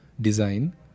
design